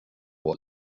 was